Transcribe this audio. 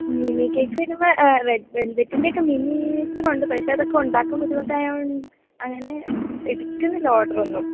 mini കേക്കെന്നു പ red വെൽവെറ്റിട്ടൊക്കെ മിനിയേച്ചറുണ്ട് പക്ഷെ അതൊക്കെ ഉണ്ടാക്കാൻ ബുദ്ധിമുട്ടായതു കൊണ്ട് അങ്ങനേ എടുക്കുന്നില്ല ഓഡറൊന്നും